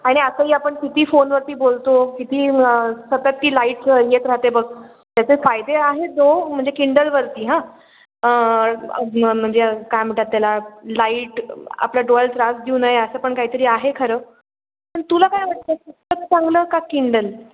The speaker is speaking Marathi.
आणि असंही आपण किती फोनवरती बोलतो किती सतत ती लाईट येत राहते बघ त्याचे फायदे आहे जो म्हणजे किंडलवरती म्हणजे काय म्हणतात त्याला लाईट आपला डोळ्याला त्रास देऊ नये असं पण काहीतरी आहे खरं पण तुला काय वाटतं पुस्तक चांगलं का किंडल